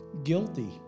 guilty